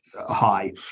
high